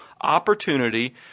opportunity